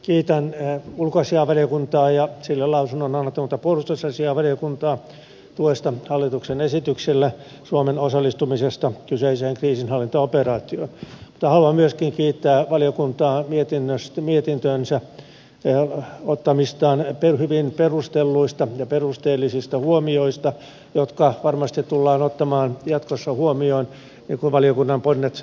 kiitän ulkoasiainvaliokuntaa ja sille lausunnon antanutta puolustusasiainvaliokuntaa tuesta hallituksen esitykselle suomen osallistumisesta kyseiseen kriisinhallintaoperaatioon mutta haluan myöskin kiittää valiokuntaa sen mietintöönsä ottamista hyvin perustelluista ja perusteellisista huomioista jotka varmasti tullaan ottamaan jatkossa huomioon niin kuin valiokunnan ponnet edellyttävät